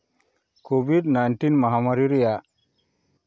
covid nineteen ᱢᱚᱦᱟᱢᱟᱹᱨᱤ ᱨᱮᱭᱟᱜ